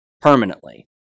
permanently